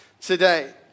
today